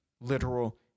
literal